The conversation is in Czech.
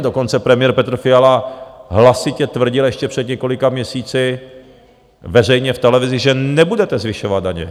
Dokonce premiér Petr Fiala hlasitě tvrdil ještě před několika měsíci veřejně v televizi, že nebudete zvyšovat daně.